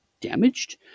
damaged